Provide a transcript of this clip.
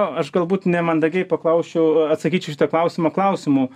aš galbūt nemandagiai paklausčiau atsakyčiau į šitą klausimą klausimu